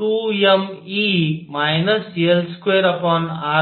2mE L2r22krआहे